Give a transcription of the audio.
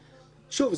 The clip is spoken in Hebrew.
שוב,